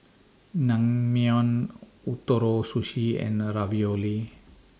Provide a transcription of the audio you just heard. Naengmyeon Ootoro Sushi and Ravioli